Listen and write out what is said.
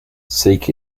seek